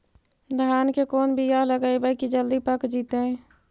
धान के कोन बियाह लगइबै की जल्दी पक जितै?